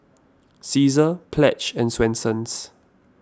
Cesar Pledge and Swensens